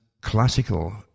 classical